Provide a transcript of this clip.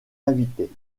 invités